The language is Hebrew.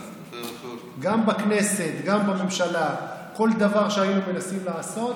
גם בכנסת, גם בממשלה, כל דבר שהיינו מנסים לעשות,